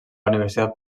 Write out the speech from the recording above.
universitat